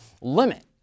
limit